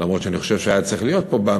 למרות שאני חושב שהוא היה צריך להיות במליאה,